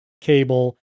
cable